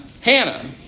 Hannah